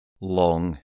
long